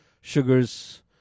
Sugars